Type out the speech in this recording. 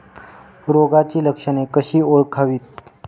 रोगाची लक्षणे कशी ओळखावीत?